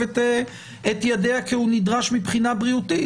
את ידיה כי הוא נדרש מבחינה בריאותית.